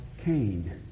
Cain